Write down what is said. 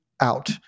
out